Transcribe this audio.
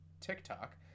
TikTok